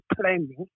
planning